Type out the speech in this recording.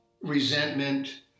resentment